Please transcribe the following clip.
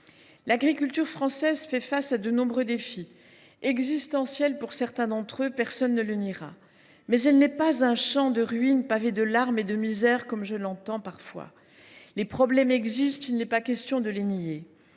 L’agriculture française fait face à de nombreux défis, existentiels pour certains d’entre eux, personne ne le niera, mais elle n’est pas un champ de ruines pavé de larmes et de misère comme je l’entends dire parfois. Les problèmes existent, il n’est pas question de les nier,